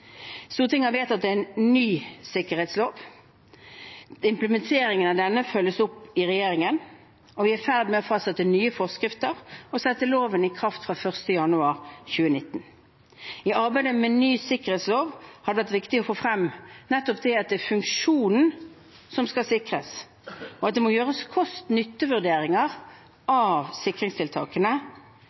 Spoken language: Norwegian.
Stortinget har vedtatt en ny sikkerhetslov. Implementeringen av den følges opp i regjeringen, og vi er i ferd med å fastsette nye forskrifter og sette loven i kraft fra 1. januar 2019. I arbeidet med ny sikkerhetslov har det vært viktig å få frem nettopp det at det er funksjonen som skal sikres, og at det må gjøres kost-nytte-vurderinger av sikringstiltakene.